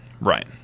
right